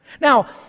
Now